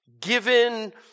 given